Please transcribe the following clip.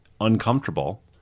uncomfortable